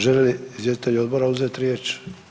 Žele li izvjestitelji Odbora uzeti riječ?